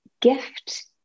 gift